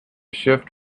shift